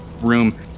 room